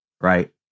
right